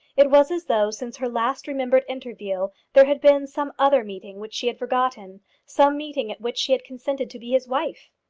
it was as though, since her last remembered interview, there had been some other meeting which she had forgotten some meeting at which she had consented to be his wife.